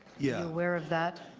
yeah aware of that?